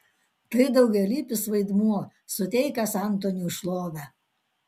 tai daugialypis vaidmuo suteikęs antoniui šlovę